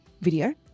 video